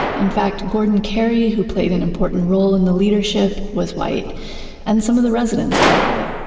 in fact, gordon carey, who played an important role in the leadership was white and some of the residents were white,